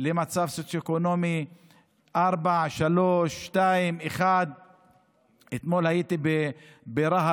מצב סוציו-אקונומי 4, 3, 2, 1. אתמול הייתי ברהט,